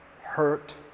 hurt